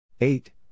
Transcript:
Eight